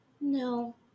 No